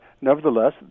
nevertheless